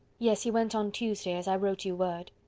yes, he went on tuesday, as i wrote you word.